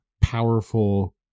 powerful